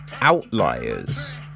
Outliers